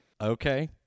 Okay